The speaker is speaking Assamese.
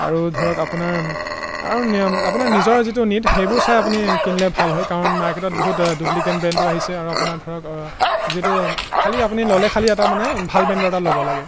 আৰু ধৰক আপোনাৰ আৰু নিয়ম আপোনাৰ নিজৰ যিটো নীড সেইবোৰ চাই আপুনি কিনিলে ভাল হয় কাৰণ মাৰ্কেটত বহুত ডুপ্লিকেট ব্ৰেণ্ডো আহিছে আৰু আপোনাৰ ধৰক যিটো খালি আপুনি ল'লে খালি এটা মানে ভাল ব্ৰেণ্ডৰ এটা ল'ব লাগে